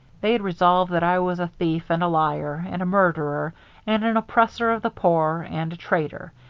they'd resolve that i was a thief and a liar and a murderer and an oppressor of the poor and a traitor,